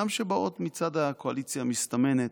גם אלה שבאות מצד הקואליציה המסתמנת,